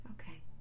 Okay